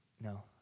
No